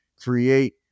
create